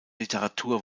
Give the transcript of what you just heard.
literatur